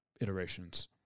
iterations